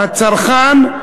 הצרכן,